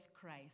Christ